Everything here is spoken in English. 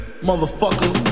Motherfucker